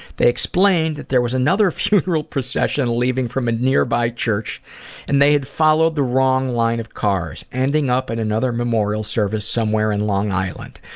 they explained that there was another funeral procession and leaving from a nearby church and they had followed the wrong line of cars ending up at another memorial service somewhere in long island.